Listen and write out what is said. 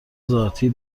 ذاتی